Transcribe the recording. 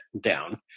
down